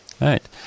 Right